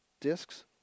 discs